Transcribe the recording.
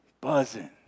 buzzing